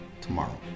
tomorrow